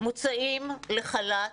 מוצאים לחל"ת,